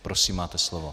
Prosím, máte slovo.